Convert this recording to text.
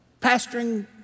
pastoring